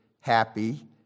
happy